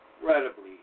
incredibly